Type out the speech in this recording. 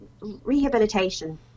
rehabilitation